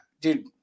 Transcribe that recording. dude